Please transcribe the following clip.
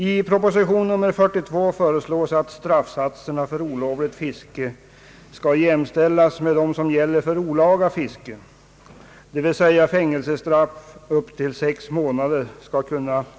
I proposition nr 42 föreslås att straffsatserna för olovligt fiske skall jämställas med dem som gäller för olaga fiske, dvs. att fängelsestraff upp till sex månader skall kunna utkrävas.